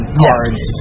cards